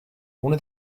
una